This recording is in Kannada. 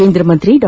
ಕೇಂದ್ರ ಸಚಿವ ಡಾ